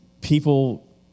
people